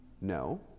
No